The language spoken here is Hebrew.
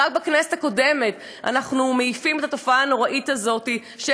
ורק בכנסת הקודמת אנחנו מעיפים את התופעה הנוראית הזאת של